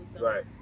Right